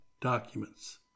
documents